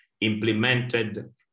implemented